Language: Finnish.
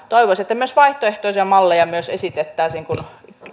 toivoisin että vaihtoehtoisia malleja myös esitettäisiin kun